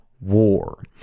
war